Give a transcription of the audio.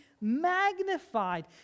magnified